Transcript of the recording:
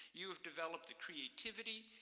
you have developed the creativity,